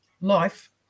life